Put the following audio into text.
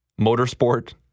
Motorsport